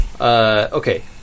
Okay